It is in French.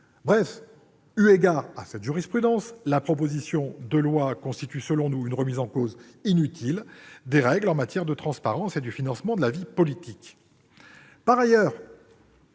cause. Eu égard à cette jurisprudence, la proposition de loi constitue, selon nous, une remise en cause inutile des règles en matière de transparence et de financement de la vie politique.